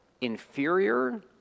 inferior